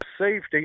safety